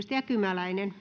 [Speech